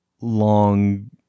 long